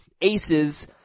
aces